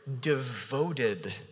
devoted